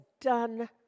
done